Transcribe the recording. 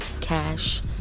Cash